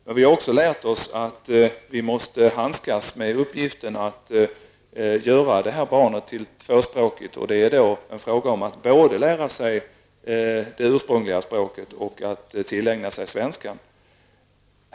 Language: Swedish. Men vi har också lärt oss att vi måste handskas med uppgiften att göra det här barnet tvåspråkigt. Det är en fråga om att både lära sig det ursprungliga språket och tillägna sig svenskan.